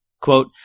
quote